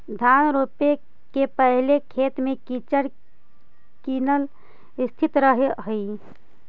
धान रोपे के पहिले खेत में कीचड़ निअन स्थिति रहऽ हइ